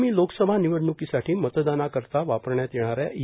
आगामी लोकसभा निवडणुकीसाठी मतदानाकरिता वापरण्यात येणाऱ्या ई